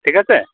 ঠিক আছে